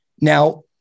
Now